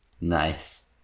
nice